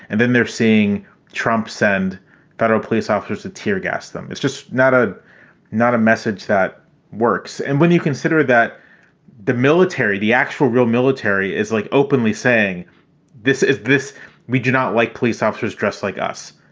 and then they're seeing trump send federal police officers to teargassed them. it's just not a not a message that works. and when you consider that the military, the actual real military is like openly saying this is this we do not like police officers dressed like us.